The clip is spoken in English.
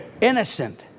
innocent